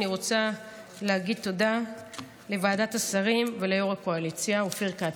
אני רוצה להגיד תודה לוועדת השרים וליו"ר הקואליציה אופיר כץ.